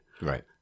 right